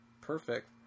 perfect